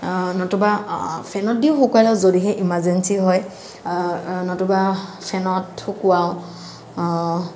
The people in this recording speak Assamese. নতুবা ফেনত দিও শুকুৱাই লয় যদিহে ইমাৰজেন্সি হয় নতুবা ফেনত শুকুৱাও